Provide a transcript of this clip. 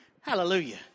hallelujah